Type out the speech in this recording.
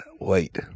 wait